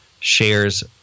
shares